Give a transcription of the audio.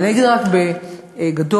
אני אגיד רק, בגדול,